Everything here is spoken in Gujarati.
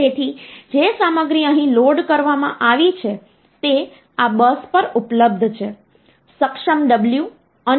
તેથી જે સામગ્રી અહીં લોડ કરવામાં આવી છે તે આ બસ પર ઉપલબ્ધ છે સક્ષમ w અને મેમરી રીડ સિગ્નલ પણ આપે છે